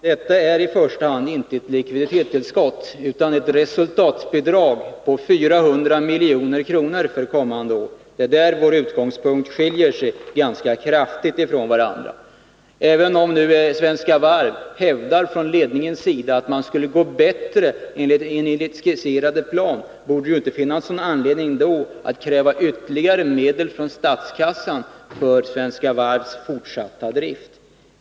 Fru talman! Vad som nu föreslås är inte i första hand ett likviditetstillskott utan ett resultatbidrag på 400 milj.kr. för kommande år. Det är där våra utgångspunkter skiljer sig ganska kraftigt från varandra. Om ledningen för Svenska Varv hävdar att det skulle gå bättre än enligt den skisserade planen, borde det inte finnas någon anledning att kräva ytterligare medel från statskassan för Svenska Varvs fortsatta drift.